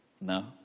No